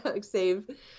Save